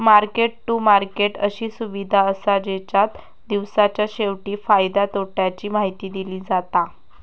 market to market अशी सुविधा असा जेच्यात दिवसाच्या शेवटी फायद्या तोट्याची माहिती दिली जाता